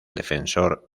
defensor